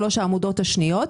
העמודות השניות,